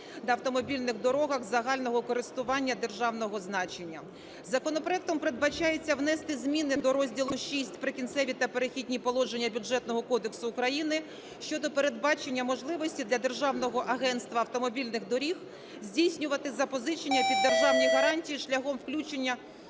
на автомобільних дорогах загального користування державного значення. Законопроектом передбачається внести зміни до розділу VI "Прикінцеві та перехідні положення" Бюджетного кодексу України щодо передбачення можливості для Державного агентства автомобільних доріг здійснювати запозичення під державні гарантії шляхом виключення